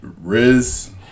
Riz